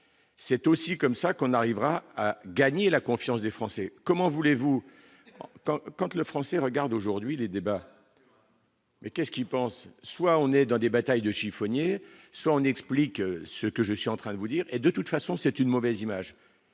c'est aussi comme ça qu'on arrivera à gagner la confiance des Français, comment voulez-vous quand le Français regardent aujourd'hui les débats. Mais qu'est ce qu'il pense, soit on est dans des batailles de chiffonniers, soit on explique ce que je suis en train de vous dire, et de toute façon c'est une mauvaise image,